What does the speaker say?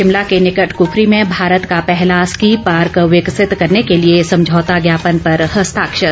शिमला के निकट कुफरी में भारत का पहला स्कीपार्क विकसित करने के लिए समझौता ज्ञापन पर हस्ताक्षर